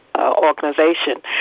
Organization